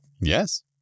Yes